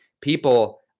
people